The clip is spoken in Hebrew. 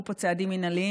20 בפברואר,